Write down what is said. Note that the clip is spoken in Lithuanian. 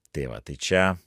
tai va tai čia